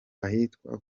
ahitwa